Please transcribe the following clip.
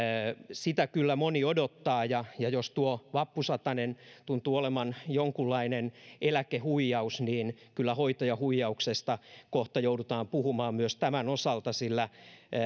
sitä kyllä moni odottaa ja ja jos tuo vappusatanen tuntuu olevan jonkunlainen eläkehuijaus niin kyllä hoitajahuijauksesta kohta joudutaan puhumaan myös tämän osalta sillä